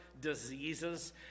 diseases